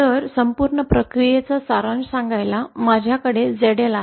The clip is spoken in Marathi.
तर संपूर्ण प्रक्रियेचा सारांश सांगायला माझ्याकडे ZL आहे